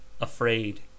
Afraid